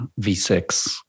v6